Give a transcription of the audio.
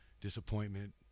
disappointment